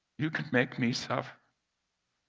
you can make me suffer.